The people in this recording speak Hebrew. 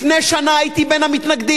לפני שנה הייתי בין המתנגדים.